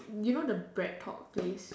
you know the BreadTalk place